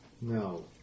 No